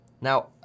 Now